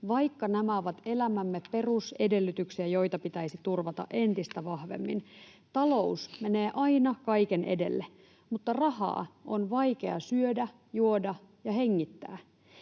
vaikka nämä ovat elämämme perusedellytyksiä, joita pitäisi turvata entistä vahvemmin. Talous menee aina kaiken edelle, mutta rahaa on vaikea syödä, juoda ja hengittää.